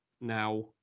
now